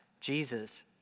Jesus